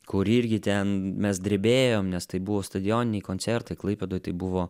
kur irgi ten mes drebėjom nes tai buvo stadioniniai koncertai klaipėdoj tai buvo